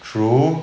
true